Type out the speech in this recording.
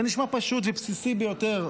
זה נשמע פשוט ובסיסי ביותר,